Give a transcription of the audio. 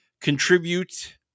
contribute